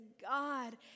God